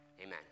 Amen